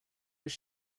does